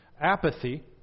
apathy